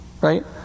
right